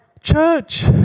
church